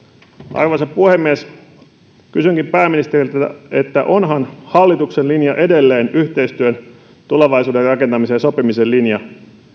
arvoisa puhemies kysynkin pääministeriltä onhan hallituksen linja edelleen yhteistyön tulevaisuuden rakentamisen ja sopimisen linja